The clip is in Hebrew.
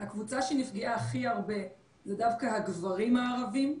הקבוצה שנפגעה הכי הרבה זה דווקא הגברים הערבים,